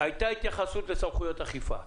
הייתה התייחסות לסמכויות אכיפה.